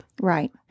Right